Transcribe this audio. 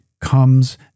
comes